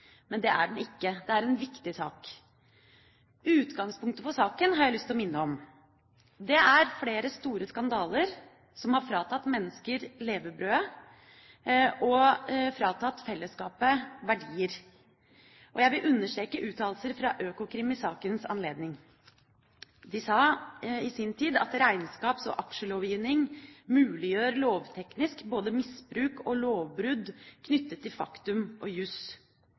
men det er den ikke. Det er en viktig sak. Utgangspunktet for saken har jeg lyst til å minne om – det er flere store skandaler som har fratatt mennesker levebrødet og fratatt fellesskapet verdier. Jeg vil understreke uttalelser fra Økokrim i sakens anledning. De sa i sin tid at regnskaps- og aksjelovgivningen lovteknisk muliggjør både misbruk og lovbrudd knyttet til faktum og